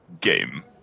game